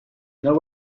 now